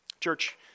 Church